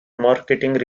marketing